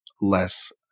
less